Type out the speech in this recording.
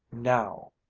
now!